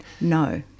no